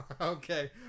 Okay